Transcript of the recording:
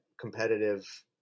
competitive